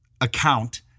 account